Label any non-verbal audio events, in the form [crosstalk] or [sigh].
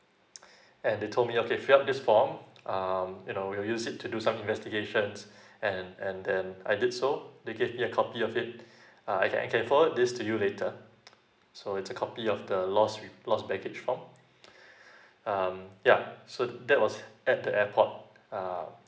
[breath] and they told me okay fill up this form um you know we'll use it to do some investigations [breath] and and then I did so they gave me a copy of it [breath] uh I can I can forward this to you later so it's a copy of the lost re~ lost baggage form [breath] um yeah so that was at the airport uh